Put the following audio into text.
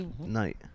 night